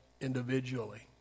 individually